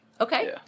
Okay